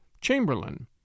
chamberlain